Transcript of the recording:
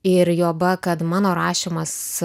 ir juoba kad mano rašymas